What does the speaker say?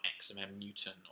XMM-Newton